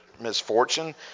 misfortune